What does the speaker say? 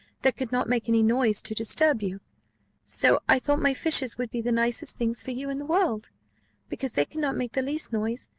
that could not make any noise to disturb you so i thought my fishes would be the nicest things for you in the world because they cannot make the least noise,